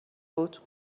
بود